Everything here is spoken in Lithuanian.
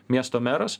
miesto meras